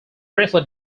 briefly